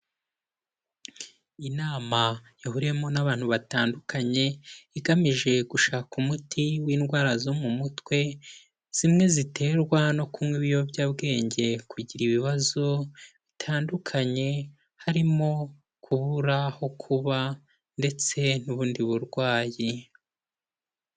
Inama yahuriyemo n'abantu batandukanye, igamije gushaka umuti w'indwara zo mu mutwe zimwe ziterwa no kunywa ibiyobyabwenge, kugira ibibazo bitandukanye, harimo kubura aho kuba ndetse n'ubundi burwayi.